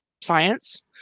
science